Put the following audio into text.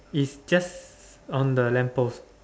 is just on the lamp post